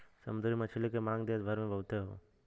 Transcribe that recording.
समुंदरी मछली के मांग देस भर में बहुत हौ